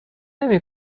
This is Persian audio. نمی